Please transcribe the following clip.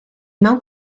mewn